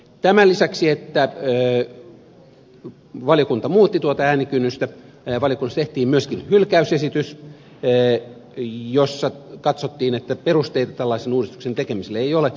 tämän lisäksi että valiokunta muutti tuota äänikynnystä valiokunnassa tehtiin myöskin hylkäysesitys jossa katsottiin että perusteita tällaisen uudistuksen tekemiselle ei ole